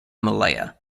malaya